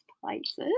places